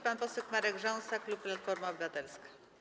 Pan poseł Marek Rząsa, klub Platforma Obywatelska.